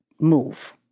move